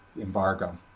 embargo